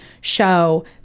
show